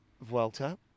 Vuelta